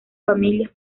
familias